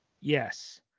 Yes